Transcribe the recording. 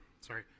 Sorry